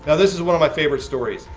yeah this is one of my favorite stories.